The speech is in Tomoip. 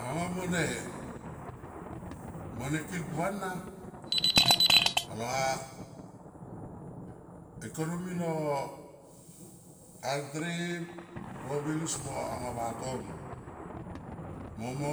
Anga mo ne, mone kil puana ala ekonomi no kantry province mo anga vatono mo, mo